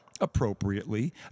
appropriately